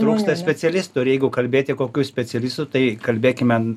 trūksta specialistų ir jeigu kalbėti kokių specialistų tai kalbėkime